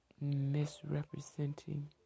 misrepresenting